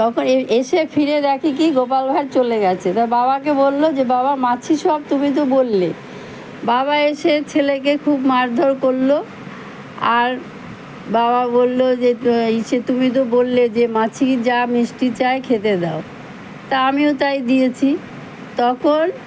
তখন এসে ফিরে দেখে কি গোপাল ভাই চলে গেছে তাই বাবাকে বললো যে বাবা মাছি সব তুমি তো বললে বাবা এসে ছেলেকে খুব মারধর করলো আর বাবা বললো যে ইসে তুমি তো বললে যে মাছির যা মিষ্টি চায় খেতে দাও তা আমিও তাই দিয়েছি তখন